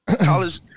College